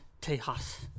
Texas